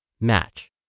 Match